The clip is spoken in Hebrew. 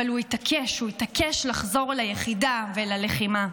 אבל הוא התעקש, התעקש לחזור ליחידה וללחימה.